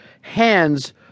hands